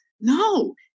no